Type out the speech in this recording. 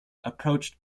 approached